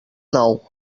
nou